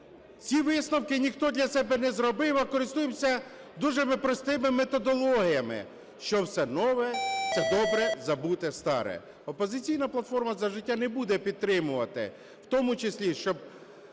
Ці висновки ніхто для себе не зробив, а користуємося дуже ми простими методологіями, що все нове – це добре забуте старе. "Опозиційна платформа – За життя" не буде підтримувати, в тому числі щоб